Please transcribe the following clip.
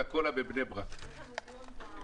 הצבעה בעד רוב נגד